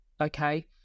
okay